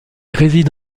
réside